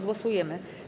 Głosujemy.